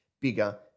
bigger